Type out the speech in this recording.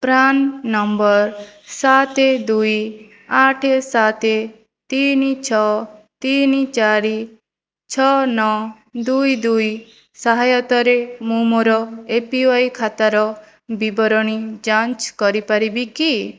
PRAN number ସାତ ଦୁଇ ଆଠ ସାତ ତିନି ଛଅ ତିନି ଚାରି ଛଅ ନଅ ଦୁଇ ଦୁଇ ସହାୟତାରେ ମୁଁ ମୋର ଏ ପି ୱାଇ ଖାତାର ବିବରଣୀ ଯାଞ୍ଚ କରିପାରିବି କି